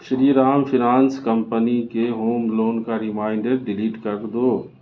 شری Ram finance company کے home loan کا reminder delete کر دو